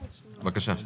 בבקשה.